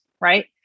right